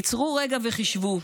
עצרו רגע וחשבו,